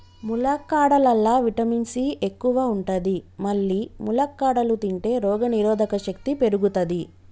ములక్కాడలల్లా vitamin C ఎక్కువ ఉంటది మల్లి ములక్కాడలు తింటే రోగనిరోధక శక్తి పెరుగుతది